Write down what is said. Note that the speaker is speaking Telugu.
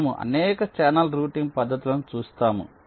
మనము అనేక ఛానల్ రౌటింగ్ పద్ధతులను చూస్తాము